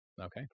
Okay